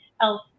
else